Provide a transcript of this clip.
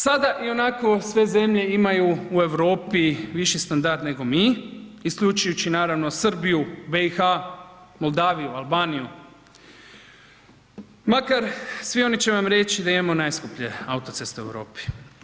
Sada ionako sve zemlje imaju u Europi viši standard nego mi isključujući naravno Srbiju, BiH, Moldaviju, Albaniju makar svi oni će vam reći da imamo najskuplje autoceste u Europi.